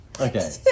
okay